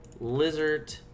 lizard